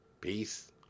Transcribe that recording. Peace